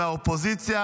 מהאופוזיציה